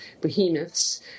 behemoths